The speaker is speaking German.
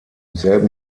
selben